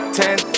ten